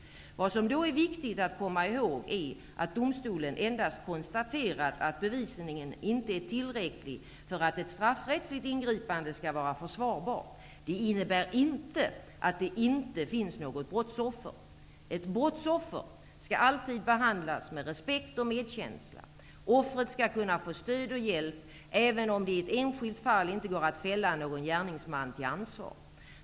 Vad som då är viktigt att komma ihåg är att domstolen endast konstaterat att bevisningen inte är tillräcklig för att ett straffrättsligt ingripande skall vara försvarbart. Det innebär inte att det inte finns något brottsoffer. Ett brottsoffer skall alltid behandlas med respekt och medkänsla. Offret skall kunna få stöd och hjälp även om det i ett enskilt fall inte går att fälla någon gärningsman till ansvar.